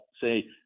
say